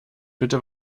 bitte